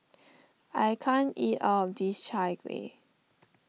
I can't eat all of this Chai Kueh